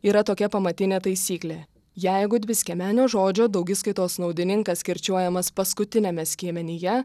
yra tokia pamatinė taisyklė jeigu dviskiemenio žodžio daugiskaitos naudininkas kirčiuojamas paskutiniame skiemenyje